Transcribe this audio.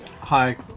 Hi